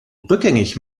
rückgängig